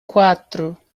quatro